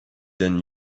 donne